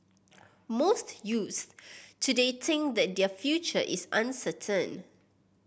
most youths today think that their future is uncertain